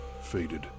faded